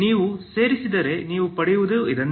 ನೀವು ಸೇರಿಸಿದರೆ ನೀವು ಪಡೆಯುವುದು ಇದನ್ನೇ